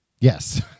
Yes